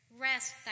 Rest